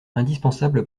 indispensable